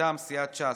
מטעם סיעת ש"ס,